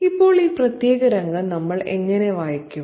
ഇപ്പോൾ ഈ പ്രത്യേക രംഗം നമ്മൾ എങ്ങനെ വായിക്കും